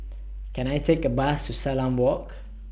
Can I Take A Bus to Salam Walk